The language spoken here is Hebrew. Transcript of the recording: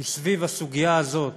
כי סביב הסוגיה הזאת